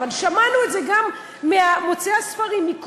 אבל שמענו את זה גם ממוציאי הספרים לאור,